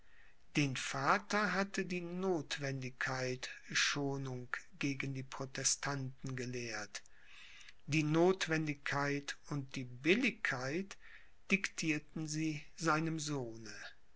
den vater hatte die notwendigkeit schonung gegen die protestanten gelehrt die notwendigkeit und die billigkeit dictierten sie seinem sohne